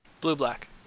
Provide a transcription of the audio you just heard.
Blue-Black